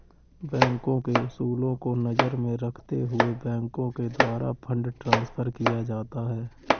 बैंकों के उसूलों को नजर में रखते हुए बैंकों के द्वारा फंड ट्रांस्फर किया जाता है